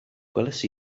gwelais